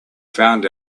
found